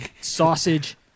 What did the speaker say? Sausage